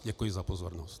Děkuji za pozornost.